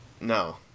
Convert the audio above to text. No